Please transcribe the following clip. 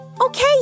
Okay